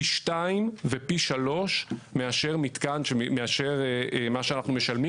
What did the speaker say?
פי שניים ופי שלושה מאשר מה שאנחנו משלמים